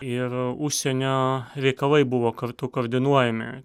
ir užsienio reikalai buvo kartu koordinuojami